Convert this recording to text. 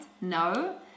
No